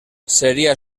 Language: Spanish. sería